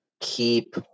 keep